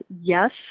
Yes